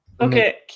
Okay